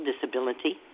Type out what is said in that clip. disability